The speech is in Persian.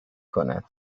کند